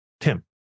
Tim